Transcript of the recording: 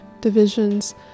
divisions